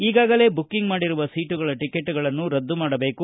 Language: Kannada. ಈಗಾಗಲೇ ಬುಕ್ಕಿಂಗ್ ಮಾಡಿರುವ ಸೀಟುಗಳ ಟಿಕೆಟ್ಗಳನ್ನು ರದ್ದುಮಾಡಬೇಕು